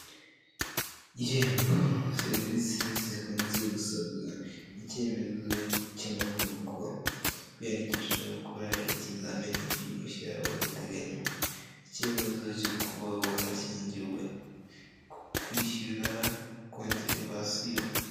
Urubuga rwa Irembo rutanga serivisi zitandukanye zirimo izo umuturage yisabira kandi akaba yanazikorera kuri telefoni ye. Muri serivisi zikunze gusabirwa kuri uri rubuga harimo icyemezo cy'amavuko, gusaba indangamuntu, icyemezo cyo kuba warashyingiwe ndetse n'ibindi.